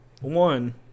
One